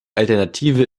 alternative